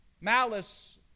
Malice